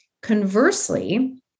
conversely